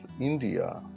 India